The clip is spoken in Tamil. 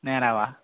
நேராவாக